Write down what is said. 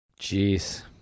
Jeez